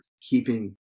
keeping